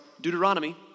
Deuteronomy